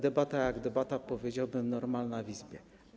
Debata jak debata, powiedziałbym, normalna w Izbie.